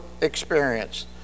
experience